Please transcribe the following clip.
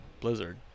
Blizzard